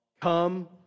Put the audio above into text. Come